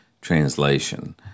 translation